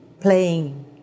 playing